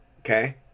okay